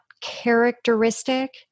characteristic